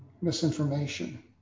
misinformation